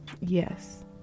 yes